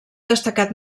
destacat